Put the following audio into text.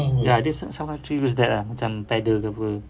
ya there's some country use that ah macam pedal ke apa